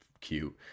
cute